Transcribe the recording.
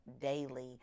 daily